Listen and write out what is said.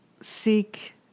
seek